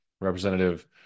Representative